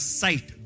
sight